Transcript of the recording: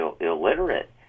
illiterate